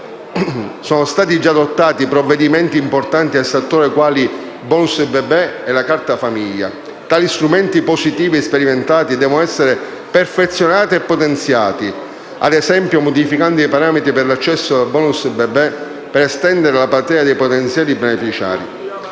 sono stati già adottati provvedimenti importanti nel settore, quali il *bonus* bebè e la carta famiglia. Tali strumenti, positivamente sperimentati, devono essere perfezionati e potenziati, ad esempio modificando i parametri per l'accesso al *bonus* bebè per estendere la platea dei potenziali beneficiari.